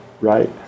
right